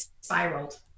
spiraled